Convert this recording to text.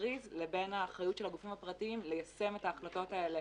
ולהכריז ובין האחריות של הגופים הפרטיים ליישם את ההחלטות האלה